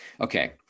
okay